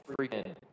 freaking